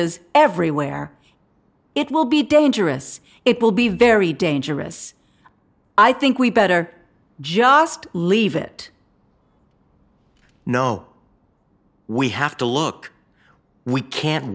es everywhere it will be dangerous it will be very dangerous i think we better just leave it no we have to look we can